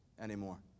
anymore